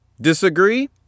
Disagree